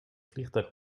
vliegtuig